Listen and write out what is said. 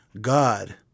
god